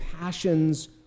passions